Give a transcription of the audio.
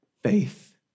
Faith